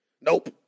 Nope